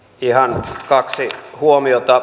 ihan kaksi huomiota